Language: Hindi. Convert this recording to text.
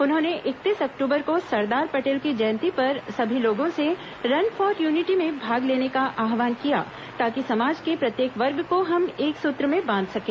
उन्होंने इकतीस अक्टूबर को सरदार पटेल की जयंती पर सभी लोगों से रन फॉर यूनिटी में भाग लेने का आह्वान किया ताकि समाज के प्रत्येक वर्ग को हम एक सूत्र में बांध सकें